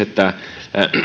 että